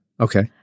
Okay